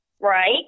right